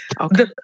Okay